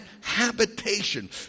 habitation